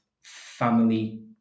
family